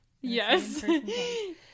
yes